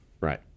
right